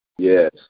Yes